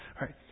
right